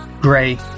gray